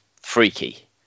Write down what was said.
freaky